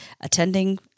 attending